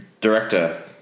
director